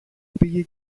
πήγε